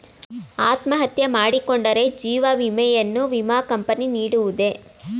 ಅತ್ಮಹತ್ಯೆ ಮಾಡಿಕೊಂಡರೆ ಜೀವ ವಿಮೆಯನ್ನು ವಿಮಾ ಕಂಪನಿ ನೀಡುವುದೇ?